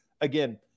Again